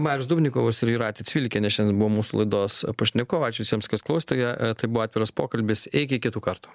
marius dubnikovas ir jūratė cvilikienė šiandien buvo mūsų laidos pašnekovai ačiū visiems kas klausėte ją tai buvo atviras pokalbis iki kitų kartų